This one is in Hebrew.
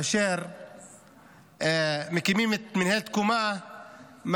מקימים את מינהלת תקומה,